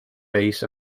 base